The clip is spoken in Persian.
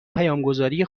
پیامگذاری